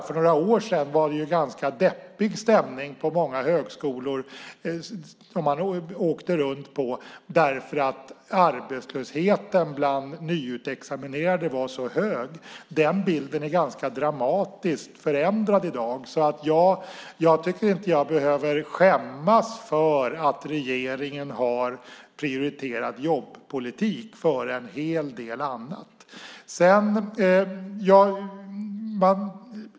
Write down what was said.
För några år sedan var det ju en ganska deppig stämning på många högskolor som jag besökte, för att arbetslösheten bland nyutexaminerade var så hög. Den bilden är ganska dramatiskt förändrad i dag. Jag tycker inte att jag behöver skämmas för att regeringen har prioriterat jobbpolitik före en hel del annat.